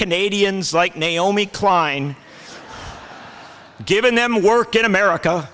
canadians like naomi klein given them work in america